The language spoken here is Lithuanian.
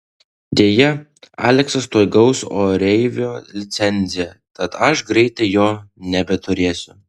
deja aleksas tuoj gaus oreivio licenciją tad aš greitai jo nebeturėsiu